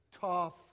Tough